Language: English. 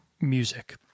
music